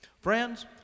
Friends